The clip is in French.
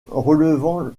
relevant